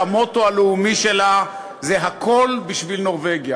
שהמוטו שלה זה "הכול בשביל נורבגיה",